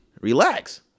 Relax